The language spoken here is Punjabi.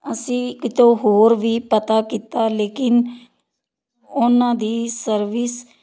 ਅਸੀਂ ਕਿਤੋਂ ਹੋਰ ਵੀ ਪਤਾ ਕੀਤਾ ਲੇਕਿਨ ਉਹਨਾਂ ਦੀ ਸਰਵਿਸ